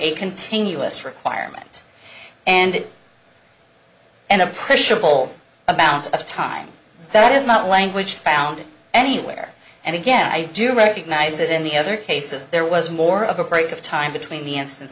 a continuous requirement and and a pushable amount of time that is not language found anywhere and again i do recognize that in the other cases there was more of a break of time between the instance